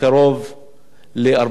ל-14,000 תושבים.